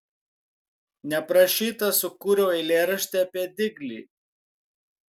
neprašyta sukūriau eilėraštį apie diglį